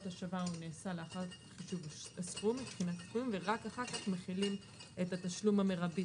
לאחר חישוב הסכום ורק אחר כך מחילים את התשלום המרבי,